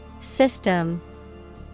System